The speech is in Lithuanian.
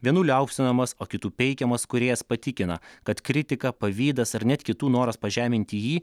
vienų liaupsinamas o kitų peikiamas kūrėjas patikina kad kritika pavydas ar net kitų noras pažeminti jį